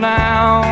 now